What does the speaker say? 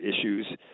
issues